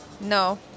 No